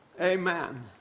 Amen